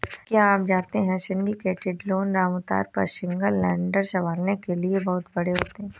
क्या आप जानते है सिंडिकेटेड लोन आमतौर पर सिंगल लेंडर संभालने के लिए बहुत बड़े होते हैं?